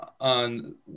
on